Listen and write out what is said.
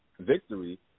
victory